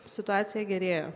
situacija gerėja